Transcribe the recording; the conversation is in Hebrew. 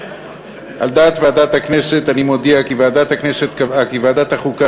על דעת ועדת הכנסת אני מודיע כי ועדת הכנסת קבעה כי ועדת החוקה,